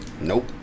Nope